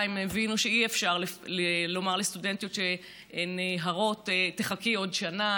הבינו שאי-אפשר לומר לסטודנטיות שהן הרות: תחכי עוד שנה,